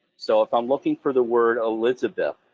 so if i'm looking for the word elizabeth,